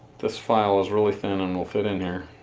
this file is really thin and will fit in there,